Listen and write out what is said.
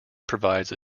provides